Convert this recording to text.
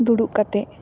ᱫᱩᱲᱩᱵ ᱠᱟᱛᱮ